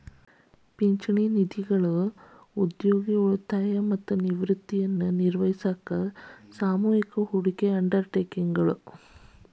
ಪಿಂಚಣಿ ನಿಧಿಗಳು ಉದ್ಯೋಗಿ ಉಳಿತಾಯ ಮತ್ತ ನಿವೃತ್ತಿಯನ್ನ ನಿರ್ವಹಿಸಾಕ ಸಾಮೂಹಿಕ ಹೂಡಿಕೆ ಅಂಡರ್ ಟೇಕಿಂಗ್ ಗಳು